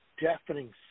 deafening